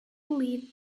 believed